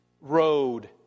road